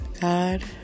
God